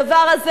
הדבר הזה,